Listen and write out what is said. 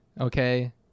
Okay